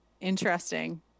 Interesting